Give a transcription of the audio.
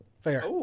Fair